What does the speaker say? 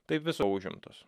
tai visa užimtos